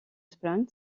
sprint